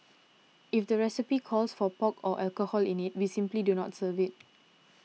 if the recipe calls for pork or alcohol in it we simply do not serve it